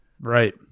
Right